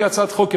כהצעת חוק,